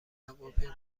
هواپیما